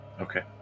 okay